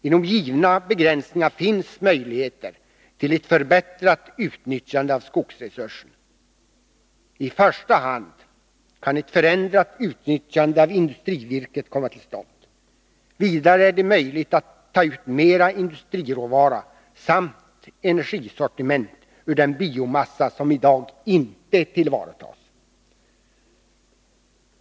Inom givna begränsningar finns möjlighet till ett förbättrat utnyttjande av skogsresursen. I första hand kan ett förändrat utnyttjande av industrivirket komma till stånd. Vidare är det möjligt att ta ut mera industriråvara samt energisortiment ur den biomassa som i dag inte tillvaratas.